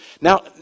Now